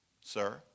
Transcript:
sir